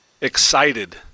Excited